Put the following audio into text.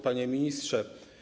Panie Ministrze!